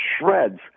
shreds